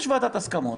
יש ועדת הסכמות.